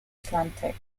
atlantic